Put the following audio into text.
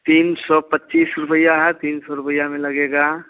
तीन सौ पच्चीस रुपया है तीन सौ रुपया में लगेगा